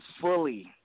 fully